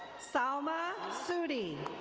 salma soudi.